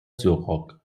zurück